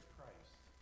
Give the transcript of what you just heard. Christ